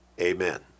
Amen